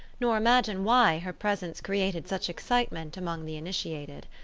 nor imagine why her presence created such excitement among the initiated.